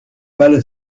mal